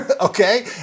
okay